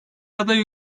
aday